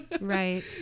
right